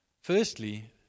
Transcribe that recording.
Firstly